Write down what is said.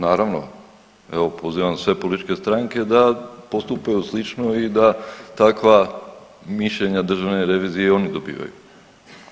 Naravno, evo pozivam sve političke stranke da postupaju slično i da tava mišljenja Državne revizije i oni dobivaju.